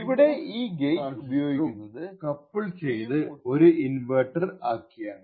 ഇവിടെ ഈ ഗേറ്റ് ഉപയോഗിക്കുന്നത് PMOS ഉം NMOS ട്രാന്സിസ്റ്ററും കപ്പ്ൾ ചെയ്ത് ഒരു ഇൻവെർട്ടർ ആക്കിയതാണ്